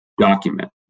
document